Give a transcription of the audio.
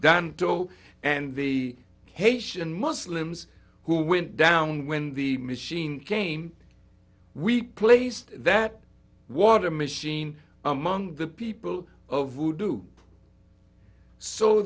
all and the haitian muslims who went down when the machine game we placed that water machine among the people of would do so